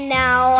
now